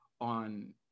on